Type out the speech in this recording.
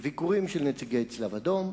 לביקורים של נציגי הצלב-האדום,